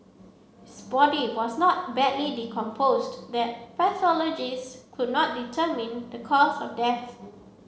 his body was not badly decomposed that pathologists could not determine the cause of death